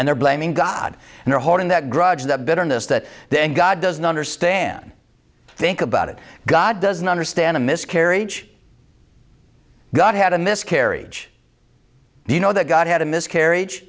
and they're blaming god and are holding that grudge that bitterness that then god doesn't understand think about it god doesn't understand a miscarry god had a miscarriage do you know that god had a miscarriage